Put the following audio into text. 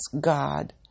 God